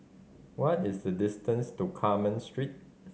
what is the distance to Carmen Street